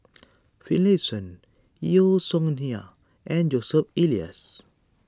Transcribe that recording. Finlayson Yeo Song Nian and Joseph Elias